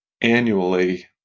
annually